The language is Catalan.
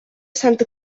santa